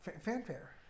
Fanfare